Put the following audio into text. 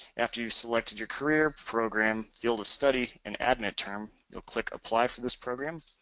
after you select your career program, field of study, and admit term you'll click apply for this program